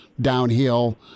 downhill